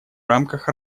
рамках